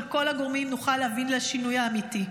כל הגורמים נוכל להביא לשינוי האמיתי.